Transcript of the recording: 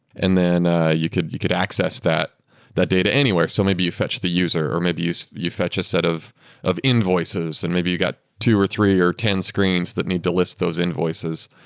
and then ah you could you could access that that data anywhere so maybe you fetched the user, or maybe you you fetch a set of of invoices and maybe you got two or three or ten screens that need to list those invoices.